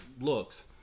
looks